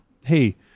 hey